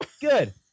Good